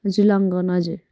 हजुर लङ गाउन हुजर